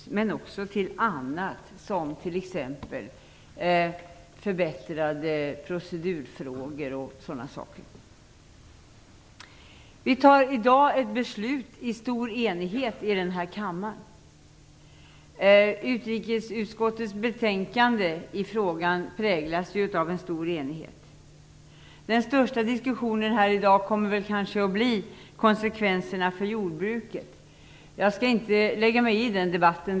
De knyts också till annat, som t.ex. förbättrade procedurfrågor. Vi fattar i dag ett beslut i stor enighet i denna kammare. Utrikesutskottets betänkande i frågan präglas av en stor enighet. Den största diskussionen här i dag kommer väl kanske att röra konsekvenserna för jordbruket. Jag skall inte lägga mig i den debatten.